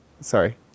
sorry